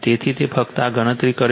તેથી તે ફક્ત આ ગણતરી કરે છે